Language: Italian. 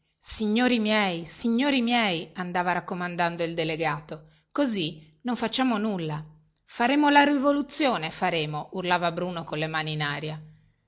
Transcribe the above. signori miei signori miei andava raccomandando il delegato così non facciamo nulla faremo la rivoluzione faremo urlava bruno colle mani in aria